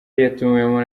yatumiwemo